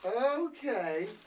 Okay